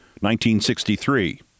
1963